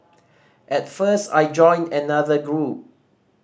at first I joined another group